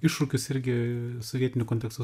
iššūkius irgi su vietiniu kontekstu